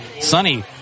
Sunny